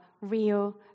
real